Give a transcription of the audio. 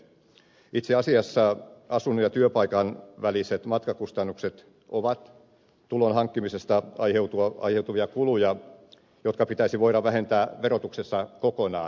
itse asiassa asunnon ja työpaikan väliset matkakustannukset ovat tulonhankkimisesta aiheutuvia kuluja jotka pitäisi voida vähentää verotuksessa kokonaan